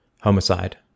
homicide